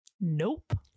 Nope